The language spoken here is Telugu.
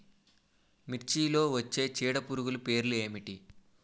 మిర్చిలో వచ్చే చీడపురుగులు పేర్లు ఏమిటి?